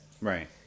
Right